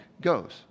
goes